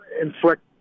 inflict